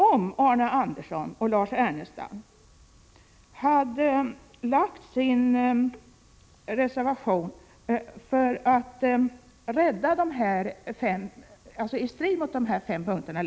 Arne Andersson och Lars Ernestam har utformat sin reservation i strid med de fem punkterna.